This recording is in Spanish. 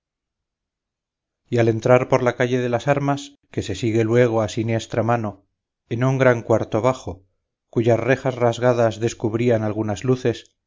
y al entrar por la calle de las armas que se sigue luego a siniestra mano en un gran cuarto bajo cuyas rejas rasgadas descubrían algunas luces